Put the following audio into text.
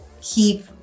keep